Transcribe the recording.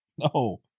No